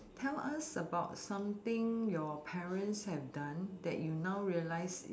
tell us about something your parents have done that you now realised